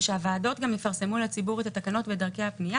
ושהוועדות גם יפרסמו לציבור את התקנות ודרכי הפנייה